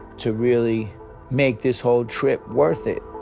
to really make this whole trip worth it.